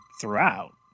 throughout